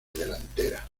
delantera